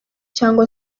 cyangwa